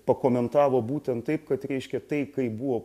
pakomentavo būtent taip kad reiškia tai kaip buvo